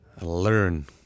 learn